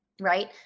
right